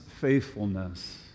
faithfulness